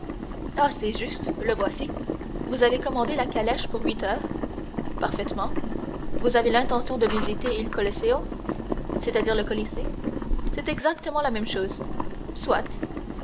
ah c'est juste le voici vous avez commandé la calèche pour huit heures parfaitement vous avez l'intention de visiter il colosseo c'est-à-dire le colisée c'est exactement la même chose soit